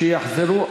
כשיחזרו,